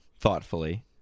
thoughtfully